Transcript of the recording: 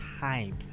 time